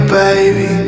baby